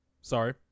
sorry